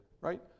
right